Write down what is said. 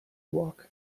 walk